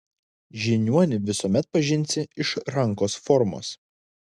žiniuonį visuomet pažinsi iš rankos formos